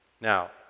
Now